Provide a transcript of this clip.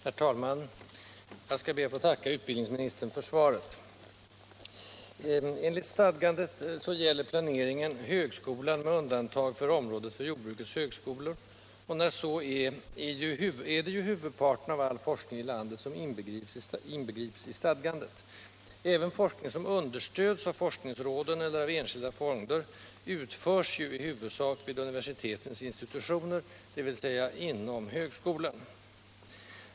Herr talman! Jag skall be att få tacka utbildningsministern för svaret. Enligt stadgandet gäller planeringen ”högskolan med undantag för området för jordbrukets högskolor”, och då är det ju huvudparten av all forskning i landet som inbegrips i stadgandet. Även forskning som understöds av forskningsråden eller av enskilda fonder utförs ju i huvudsak vid universitetens institutioner, dvs. inom högskolan.